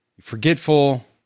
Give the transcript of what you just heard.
forgetful